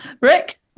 rick